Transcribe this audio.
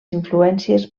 influències